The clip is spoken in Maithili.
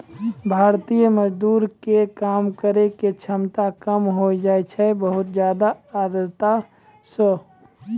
भारतीय मजदूर के काम करै के क्षमता कम होय जाय छै बहुत ज्यादा आर्द्रता सॅ